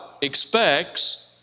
expects